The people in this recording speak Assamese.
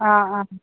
অঁ অঁ